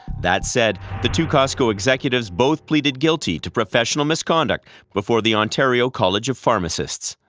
that said, the two costco executives both pleaded guilty to professional misconduct before the ontario college of pharmacists.